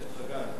נגנבים.